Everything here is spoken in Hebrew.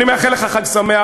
אני מאחל לך חג שמח.